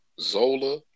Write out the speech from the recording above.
Zola